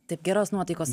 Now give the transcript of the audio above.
taip geros nuotaikos